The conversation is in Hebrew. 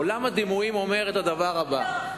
עולם הדימויים אומר את הדבר הזה,